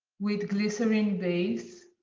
with glycerin base,